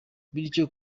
bityo